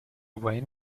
wayne